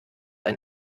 ein